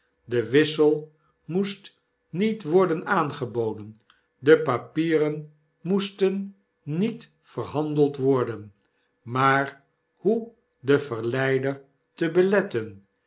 de wissel moest niet worden aangeboden de papieren moesten niet verhandeld worden maar hoe den verleider te beletten